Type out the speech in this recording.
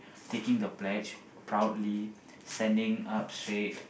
taking the pledge proudly standing up straight